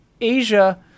Asia